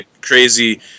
crazy